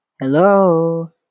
Hello